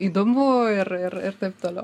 įdomu ir ir ir taip toliau